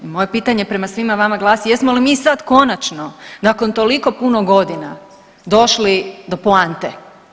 I moje pitanje prema svima vama glasi, jesmo li mi sada konačno nakon toliko puno godina došli do poante?